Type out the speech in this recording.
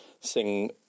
sing